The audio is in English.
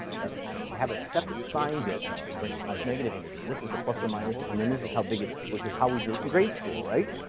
that's to have a separate sign bit for a negative integer. this is the plus or minus, and then this is how big it is, which is how we did it in grade school, right?